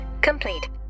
complete